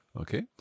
Okay